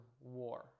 war